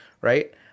right